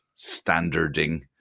standarding